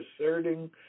asserting